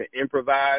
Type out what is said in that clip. improvise